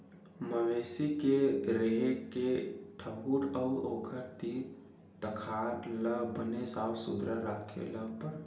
मवेशी के रेहे के ठउर अउ ओखर तीर तखार ल बने साफ सुथरा राखे ल परथे